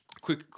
Quick